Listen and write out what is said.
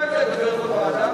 אסור להם לדבר בוועדה,